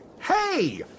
Hey